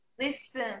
Listen